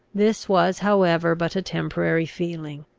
this was however but a temporary feeling.